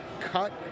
cut